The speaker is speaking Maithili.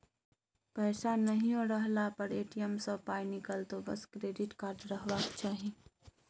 पैसा नहियो रहला पर ए.टी.एम सँ पाय निकलतौ बस क्रेडिट कार्ड रहबाक चाही